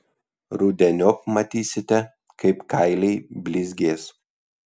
rudeniop matysite kaip kailiai blizgės